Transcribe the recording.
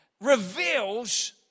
reveals